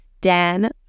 Dan